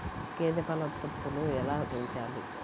గేదె పాల ఉత్పత్తులు ఎలా పెంచాలి?